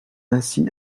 ainsi